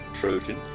Trojan